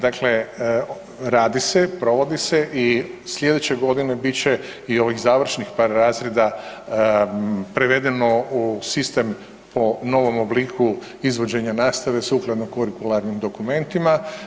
Dakle, radi se, provodi se i slijedeće godine bit će i ovih završnih par razreda prevedeno u sistem po novom obliku izvođenja nastave sukladno kurikularnim dokumentima.